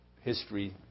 history